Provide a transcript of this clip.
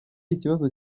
ikibazo